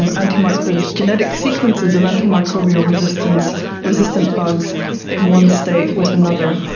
and and um the genetic sequences of antimicrobial resistant resistant bugs in one state with another,